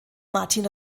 martin